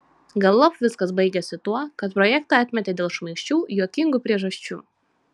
galop viskas baigėsi tuo kad projektą atmetė dėl šmaikščių juokingų priežasčių